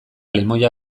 limoia